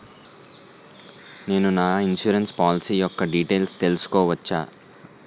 నేను నా insurance policy యెక్క డీటైల్స్ తెల్సుకోవచ్చా?